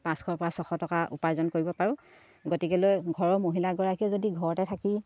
পাঁচশৰ পৰা ছশ টকা উপাৰ্জন কৰিব পাৰোঁ গতিকেলৈ ঘৰৰ মহিলাগৰাকীয়ে যদি ঘৰতে থাকি